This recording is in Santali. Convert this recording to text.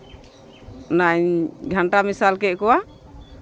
ᱚᱱᱟᱧ ᱜᱷᱟᱱᱴᱟ ᱢᱮᱥᱟᱞ ᱠᱮᱜ ᱠᱚᱣᱟ